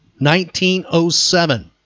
1907